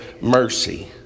mercy